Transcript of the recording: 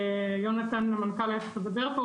יהונתן המנכ"ל היה צריך לדבר פה,